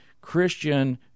Christian